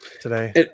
today